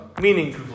Meaning